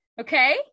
Okay